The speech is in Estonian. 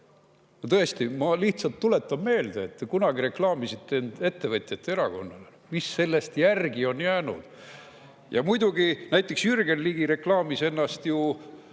tõesti! Ma lihtsalt tuletan meelde, et kunagi reklaamisite end ettevõtjate erakonnana. Mis sellest järgi on jäänud? Ja muidugi näiteks Jürgen Ligi reklaamis ennast ju